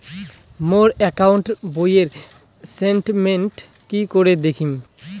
মোর account বইয়ের statement কি করি দেখিম?